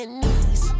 knees